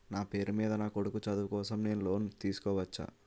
నా పేరు మీద నా కొడుకు చదువు కోసం నేను లోన్ తీసుకోవచ్చా?